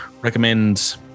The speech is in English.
recommend